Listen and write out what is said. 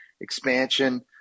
expansion